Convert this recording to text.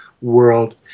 world